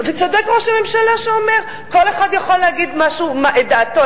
וצודק ראש הממשלה שאומר: כל אחד יכול להגיד את דעתו,